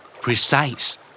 Precise